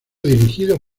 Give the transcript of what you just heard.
dirigido